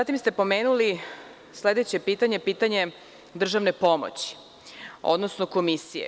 Zatim ste pomenuli sledeće pitanje, pitanje državne pomoći, odnosno komisije.